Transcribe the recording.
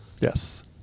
yes